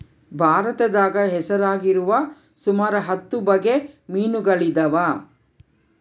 ಭಾರತದಾಗ ಹೆಸರಾಗಿರುವ ಸುಮಾರು ಹತ್ತು ಬಗೆ ಮೀನುಗಳಿದವ